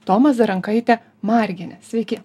toma zarankaitė margienė sveiki